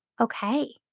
okay